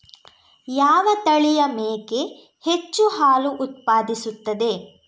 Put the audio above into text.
ಯಾವ ತಳಿಯ ಮೇಕೆ ಹೆಚ್ಚು ಹಾಲು ಉತ್ಪಾದಿಸುತ್ತದೆ?